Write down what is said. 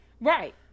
Right